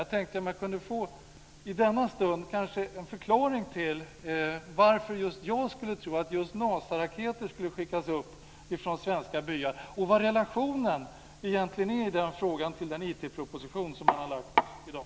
Jag tänkte att jag i denna stund kanske skulle kunna få en förklaring på varför just jag skulle tro att just NASA-raketer skulle skickas upp från svenska byar och vad relationen egentligen är mellan den frågan och den IT-proposition som har lagts fram i dag.